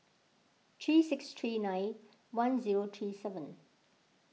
three six three nine one zero three seven